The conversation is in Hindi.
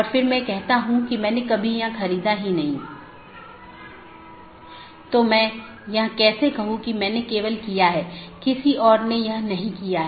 इसका मतलब है BGP कनेक्शन के लिए सभी संसाधनों को पुनःआवंटन किया जाता है